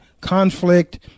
conflict